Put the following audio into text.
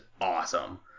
awesome